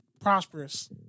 Prosperous